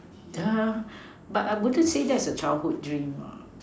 err but I wouldn't say that's a childhood dream lah